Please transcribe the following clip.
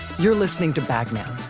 you're listening to bag man.